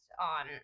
on